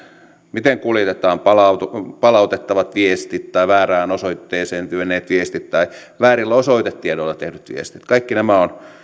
miten kuljetetaan palautettavat palautettavat viestit tai väärään osoitteeseen menneet viestit tai väärillä osoitetiedoilla tehdyt viestit kaikki nämä on